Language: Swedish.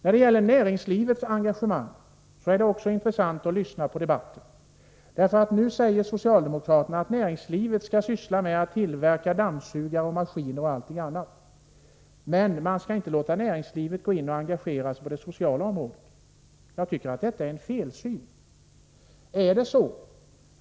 När det gäller näringslivets engagemang är det också intressant att lyssna på debatten. Nu säger socialdemokraterna att näringslivet skall syssla med att tillverka dammsugare och maskiner m.m., men man skall inte låta näringslivet gå in och engagera sig på det sociala området. Jag tycker att detta är en felsyn.